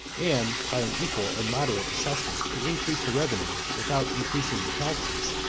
and, by an equal and moderate assessment, to increase the revenue, without increasing the taxes,